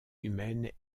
humaine